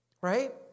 right